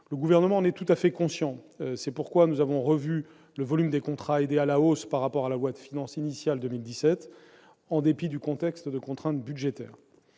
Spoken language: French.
Le Gouvernement en est tout à fait conscient. C'est pourquoi nous avons revu le volume des contrats aidés à la hausse par rapport à la loi de finances initiale pour 2017, en dépit du contexte de contrainte budgétaire.